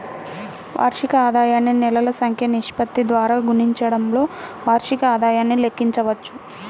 వార్షిక ఆదాయాన్ని నెలల సంఖ్య నిష్పత్తి ద్వారా గుణించడంతో వార్షిక ఆదాయాన్ని లెక్కించవచ్చు